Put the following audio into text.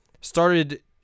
started